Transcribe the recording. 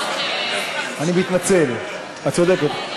אני מתנצל, את צודקת.